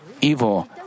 evil